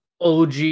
og